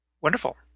Wonderful